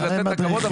ולתת את הכבוד,